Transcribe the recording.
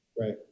Right